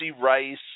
Rice